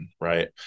right